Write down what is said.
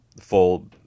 Full